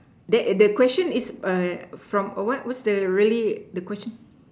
that that question is a from a what what's the really the question